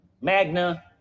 magna